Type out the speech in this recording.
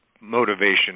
motivation